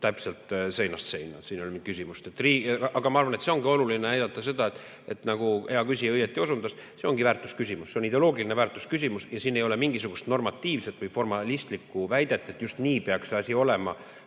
täpselt seinast seina, siin ei olegi küsimust. Aga ma arvan, et siin ongi oluline näidata seda, nagu hea küsija õigesti osundas, et see ongi väärtusküsimus. See on ideoloogiline väärtusküsimus ja siin ei ole mingisugust normatiivset või formalistlikku väidet, et just nii peaks see asi olema